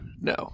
No